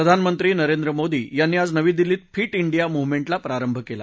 प्रधानमंत्री नरेंद्र मोदी यांनी आज नवी दिल्लीत फिट इंडिया मुव्हमेंटला प्रारंभ केला